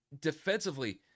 defensively